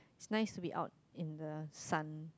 nice to be out in the sun